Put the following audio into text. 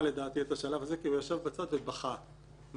לדעתי בשלב הזה כי הוא ישב בצד ובכה מהתרגשות.